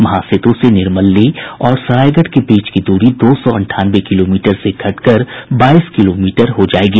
महासेतु से निर्मली और सरायगढ़ के बीच की दूरी दो सौ अंठानवे किलोमीटर से घटकर बाईस किलोमीटर हो जायेगी